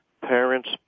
parents